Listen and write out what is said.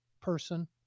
person